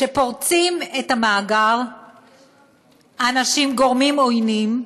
שפורצים את המאגר אנשים, גורמים עוינים,